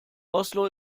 oslo